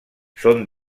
son